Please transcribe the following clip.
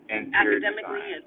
academically